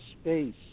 space